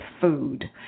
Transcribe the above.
food